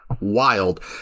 wild